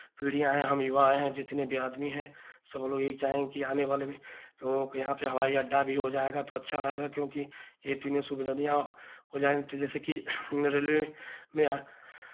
पीढ़ियाँ हैं हम युवा हैं जितने भी आदमी हैं सब लोग यही चाहेंगे कि आनेवाले में लोगों को यहाँ से हवाई अड्डा भी हो जाएगा तो अच्छा रहेगा क्योंकि ये तीनों सुविधा हो जाएंगे तो जैसे कि रेलवे में